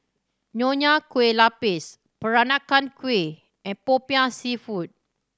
Nonya Kueh Lapis Peranakan Kueh and Popiah Seafood